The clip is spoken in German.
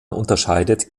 unterscheidet